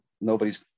nobody's